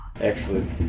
Excellent